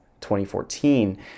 2014